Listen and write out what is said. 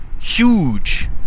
huge